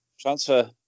transfer